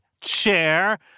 chair